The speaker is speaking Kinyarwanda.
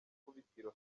ikubitiro